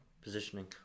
Positioning